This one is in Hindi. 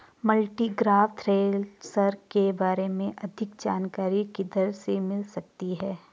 मल्टीक्रॉप थ्रेशर के बारे में अधिक जानकारी किधर से मिल सकती है?